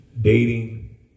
dating